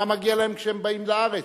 מה מגיע להם כשהם באים לארץ?